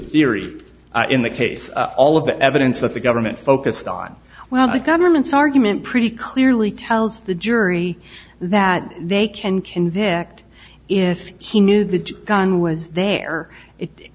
theory in the case all of the evidence that the government focused on well the government's argument pretty clearly tells the jury that they can convict if he knew the gun was there it